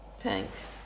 Thanks